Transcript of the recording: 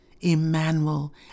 Emmanuel